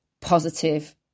positive